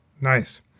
Nice